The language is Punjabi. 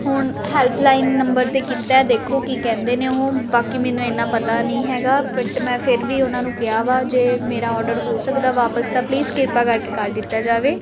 ਹੁਣ ਹੈਲਪਲਾਈਨ ਨੰਬਰ 'ਤੇ ਕੀਤਾ ਦੇਖੋ ਕੀ ਕਹਿੰਦੇ ਨੇ ਉਹ ਬਾਕੀ ਮੈਨੂੰ ਇੰਨਾਂ ਪਤਾ ਨਹੀਂ ਹੈਗਾ ਬਟ ਮੈਂ ਫਿਰ ਵੀ ਉਹਨਾਂ ਨੂੰ ਕਿਹਾ ਵਾ ਜੇ ਮੇਰਾ ਆਰਡਰ ਹੋ ਸਕਦਾ ਵਾਪਸ ਤਾਂ ਪਲੀਜ਼ ਕਿਰਪਾ ਕਰਕੇ ਕਰ ਦਿੱਤਾ ਜਾਵੇ